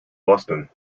boston